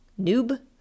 Noob